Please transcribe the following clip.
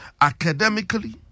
academically